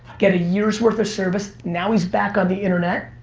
get a years worth of service, now he's back on the internet,